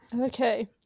Okay